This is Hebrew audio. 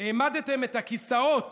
העמדתם את הכיסאות